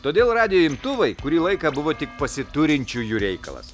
todėl radijo imtuvai kurį laiką buvo tik pasiturinčiųjų reikalas